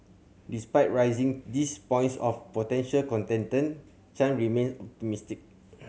despite raising these points of potential contention Chan remain optimistic